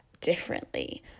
differently